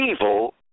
evil